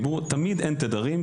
תמיד אין תדרים.